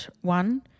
one